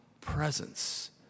presence